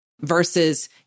versus